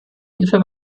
hilfe